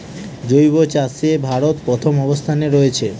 জৈব চাষে ভারত প্রথম অবস্থানে রয়েছে